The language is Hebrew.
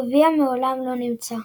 הגביע מעולם לא נמצא.